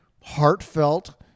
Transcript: heartfelt